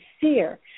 fear